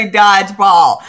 dodgeball